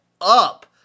up